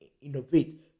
innovate